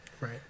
right